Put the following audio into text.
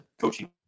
coaching